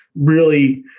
really,